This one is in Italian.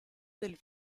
del